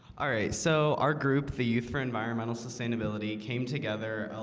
all right, so our group the youth for environmental sustainability came together